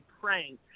praying